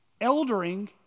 eldering